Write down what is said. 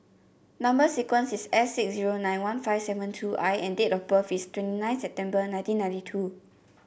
number sequence is S six zero nine one five seven two I and date of birth is twenty nine September nineteen ninety two